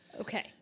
Okay